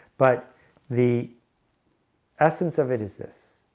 but the essence of it is this